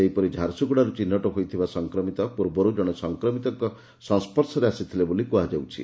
ସେହିପରି ଝାରସୁଗୁଡାରୁ ଚିହ୍ବଟ ହୋଇଥିବା ସଂକ୍ରମିତ ପୂର୍ବରୁ କଶେ ସଂକ୍ରମିତଙ୍କ ସଂସ୍ୱର୍ଶରେ ଆସିଥିଲେ ବୋଲି କୁହାଯାଉଛି